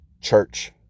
church